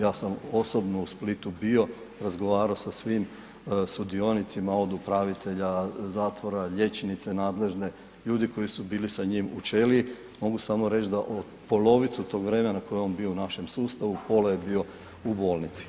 Ja sam osobno u Splitu bio, razgovarao sa svim sudionicima od upravitelja zatvora, liječnice nadležne, ljudi koji su bili sa njim u ćeliji, mogu samo reći da polovicu tog vremena koji je on bio u našem sustavu, pola je bio u bolnici.